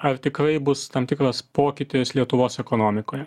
ar tikrai bus tam tikras pokytis lietuvos ekonomikoje